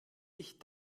ich